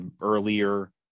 earlier